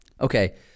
Okay